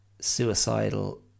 suicidal